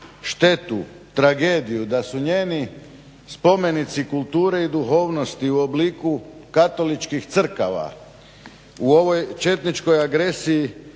štetu, tragediju, da su njeni spomenici kulture i duhovnosti u obliku katoličkih crkava u ovoj četničkoj agresiji